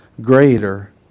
greater